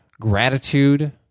gratitude